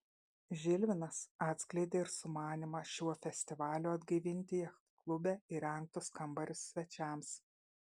žilvinas atskleidė ir sumanymą šiuo festivaliu atgaivinti jachtklube įrengtus kambarius svečiams